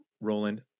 roland